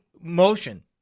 motion